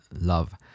love